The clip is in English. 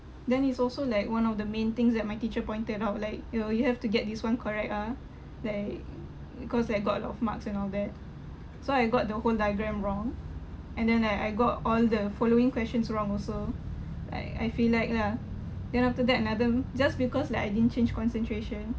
then is also like one of the main things that my teacher pointed out like you know you have to get this one correct ah like cause like got a lot of marks and all that so I got the whole diagram wrong and then like I got all the following questions wrong also I I feel like lah then after that another just because like I didn't change concentration